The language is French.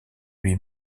lui